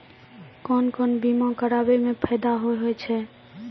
कोन कोन बीमा कराबै मे फायदा होय होय छै?